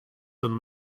than